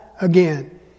again